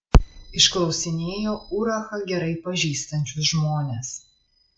išklausinėjo urachą gerai pažįstančius žmones